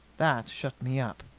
that shut me up.